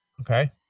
Okay